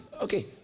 Okay